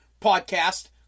podcast